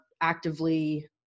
actively